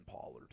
Pollard